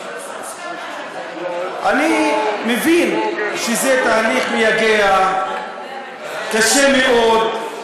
אני מבין שזה תהליך מייגע, קשה מאוד,